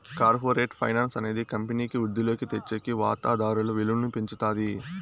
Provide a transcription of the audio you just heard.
corporate finance అనేది కంపెనీకి వృద్ధిలోకి తెచ్చేకి వాతాదారుల విలువను పెంచుతాది